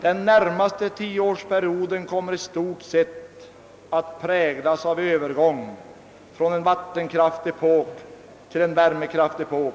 »Den närmaste tioårsperioden kommer i stort sett att präglas av Övergång från en vattenkraftepok till en atomkraftepok.